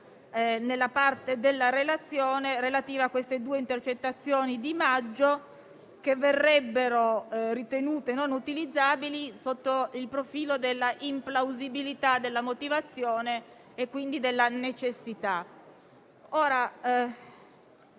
riguardo alla parte relativa alle due intercettazioni di maggio; quest'ultime verrebbero ritenute non utilizzabili sotto il profilo della implausibilità della motivazione e, quindi, della necessità.